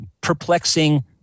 perplexing